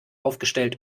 aufgestellt